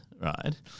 right